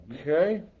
Okay